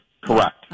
Correct